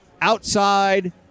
outside